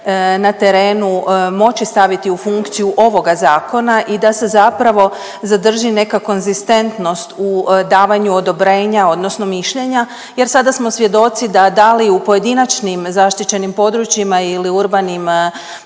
na terenu moći staviti u funkciju ovoga zakona i da se zapravo zadrži neka konzistentnost u davanju odobrenja odnosno mišljenja jer sada smo svjedoci da da li u pojedinačnim zaštićenim područjima ili urbanim dijelovima